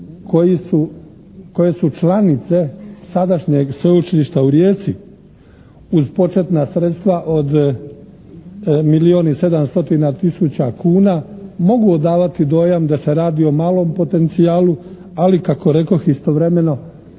koje su članice sadašnjeg Sveučilišta u Rijeci uz početna sredstva od milijun i 7 stotina tisuća kuna mogu odavati dojam da se radi o malom potencijalu, ali kako rekoh istovremeno